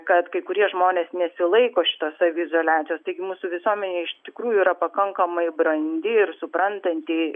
kad kai kurie žmonės nesilaiko šito saviizoliacijos taigi mūsų visuomenė iš tikrųjų yra pakankamai brandi ir suprantanti